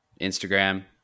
Instagram